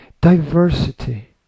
diversity